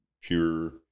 pure